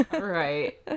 right